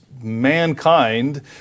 mankind